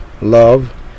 love